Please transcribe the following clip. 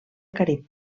carib